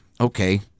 Okay